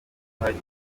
uhari